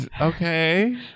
Okay